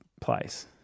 place